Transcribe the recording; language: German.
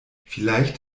vielleicht